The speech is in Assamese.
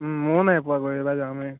ময়ো নাই পোৱা গৈ এইবাৰ যামহে